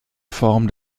form